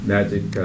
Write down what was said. Magic